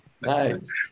nice